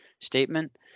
statement